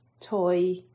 toy